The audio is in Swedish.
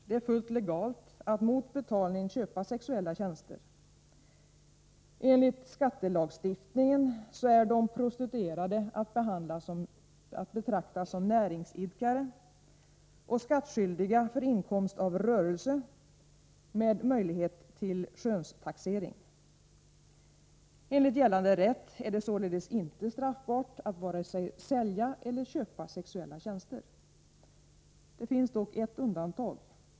Det är fullt legalt att mot betalning köpa sexuella tjänster. Enligt skattelagstiftningen är de prostituerade att betrakta som näringsidkare och skattskyldiga för inkomst av rörelse med möjlighet till skönstaxering. Enligt gällande rätt är det således inte straffbart att vare sig sälja eller köpa sexuella tjänster. Det finns dock ett undantag.